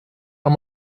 how